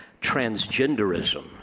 transgenderism